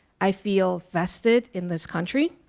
i feel invested in this country.